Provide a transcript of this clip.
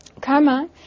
karma